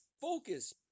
Focus